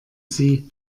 sie